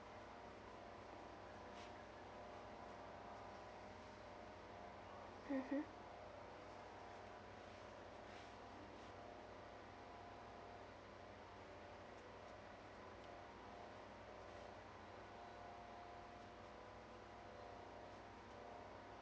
mmhmm